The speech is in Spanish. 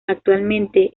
actualmente